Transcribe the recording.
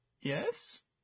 Yes